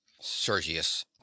Sergius